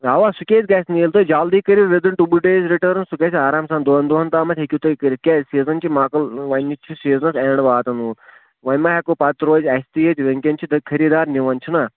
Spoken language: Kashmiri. اَوا سُہ کیٛازِ گَژھہِ نہٕ ییٚلہِ تۄہہِ جلدی کٔرِو وِدٕنۍ ٹو ڈیز رِٹٲرٕنۍ سُہ گَژھہِ آرام سان دۄن دۄہن تامَتھ ہیٚکِو تۄہہِ کٔرِتھ کیٛازِ سیٖزن چھُ مۄکٕل وۄنۍ چھُ سیٖزن اٮ۪نٛڈ واتن وول وۄنۍ ما ہیٚکو پتہٕ روزِ اَسہِ تہِ ییٚتہِ وٕنکٮ۪ن چھِ تَتہِ خٔریدار نِوان چھنہ